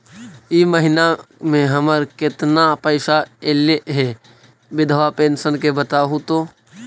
इ महिना मे हमर केतना पैसा ऐले हे बिधबा पेंसन के बताहु तो?